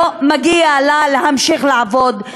לא מגיע לה להמשיך לעבוד,